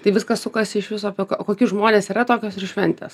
tai viskas sukasi iš viso koki žmonės yra tokios ir šventės